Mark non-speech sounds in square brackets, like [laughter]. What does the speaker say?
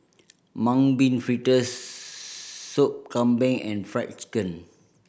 Mung Bean Fritters [unintelligible] Sop Kambing and Fried Chicken